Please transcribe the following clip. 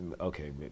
okay